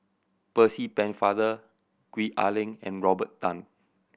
Percy Pennefather Gwee Ah Leng and Robert Tan